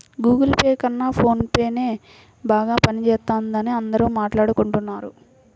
Google Pay కన్నా ఫోన్ పేనే బాగా పనిజేత్తందని అందరూ మాట్టాడుకుంటన్నారు